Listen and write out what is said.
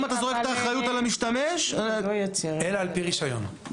לא ימכור אלא על פי רישיון.